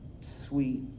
sweet